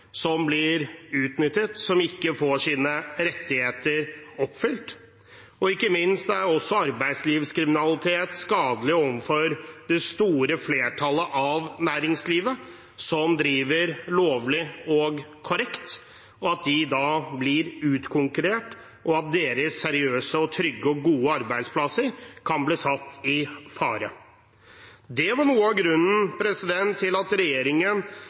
som blir utnyttet, og som ikke får sine rettigheter oppfylt. Ikke minst er arbeidslivskriminalitet skadelig for det store flertall i næringslivet, som driver lovlig og korrekt, ved at de blir utkonkurrert, og ved at deres seriøse, trygge og gode arbeidsplasser kan bli satt i fare. Det var noe av grunnen til at regjeringen